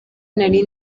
nari